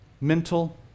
mental